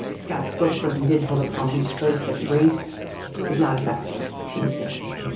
scott's spokesperson did tell the palm beach post that race is not a factor in these hearings